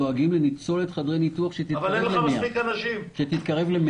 דואגים לניצולת חדרי ניתוח שתתקרב ל-100%.